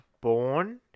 born